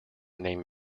named